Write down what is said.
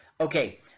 Okay